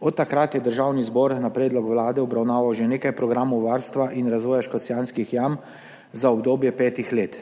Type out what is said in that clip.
Od takrat je Državni zbor na predlog Vlade obravnaval že nekaj programov varstva in razvoja Škocjanskih jam za obdobje petih let.